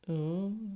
mm